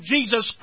Jesus